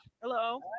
Hello